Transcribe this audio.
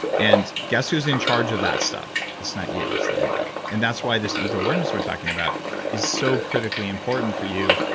and guess who's in charge of that stuff? it's not you. it's the ego. and that's why this ego awareness we're talking about is so critically important for you,